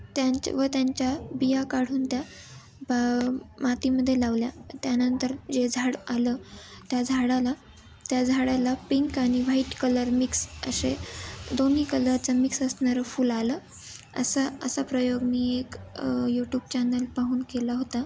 त्यांचं व त्यांच्या बिया काढून त्या बा मातीमध्ये लावल्या त्यानंतर जे झाड आलं त्या झाडाला त्या झाडाला पिंक आणि व्हाईट कलर मिक्स असे दोन्ही कलरचा मिक्स असणारं फुल आलं असा असा प्रयोग मी एक यूट्यूब चॅनल पाहून केला होता